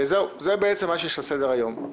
זה מה שיש על סדר היום.